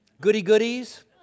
goody-goodies